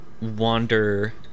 wander